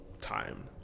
Time